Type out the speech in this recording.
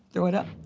throw it up,